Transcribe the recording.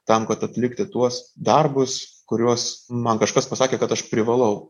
tam kad atlikti tuos darbus kuriuos man kažkas pasakė kad aš privalau